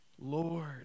Lord